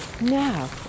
Now